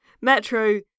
Metro